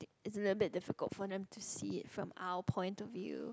it's a little bit difficult for them to see it from our point of view